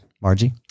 Margie